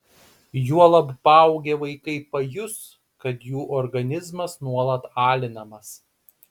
juolab paaugę vaikai pajus kad jų organizmas nuolat alinamas